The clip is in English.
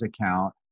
account